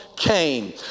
came